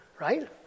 right